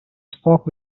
spoke